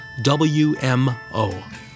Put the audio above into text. WMO